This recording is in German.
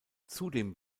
zudem